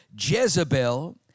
Jezebel